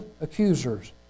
accusers